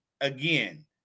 again